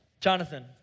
Jonathan